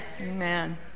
Amen